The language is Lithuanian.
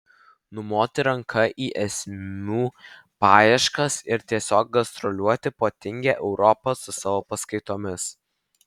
numoti ranka į esmių paieškas ir tiesiog gastroliuoti po tingią europą su savo paskaitomis